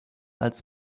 als